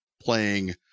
playing